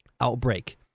outbreak